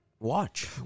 Watch